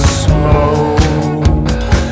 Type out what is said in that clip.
smoke